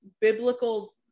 biblical